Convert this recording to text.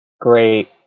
great